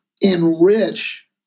enrich